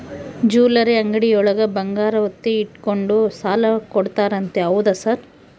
Jewellery ಅಂಗಡಿಯೊಳಗ ಬಂಗಾರ ಒತ್ತೆ ಇಟ್ಕೊಂಡು ಸಾಲ ಕೊಡ್ತಾರಂತೆ ಹೌದಾ ಸರ್?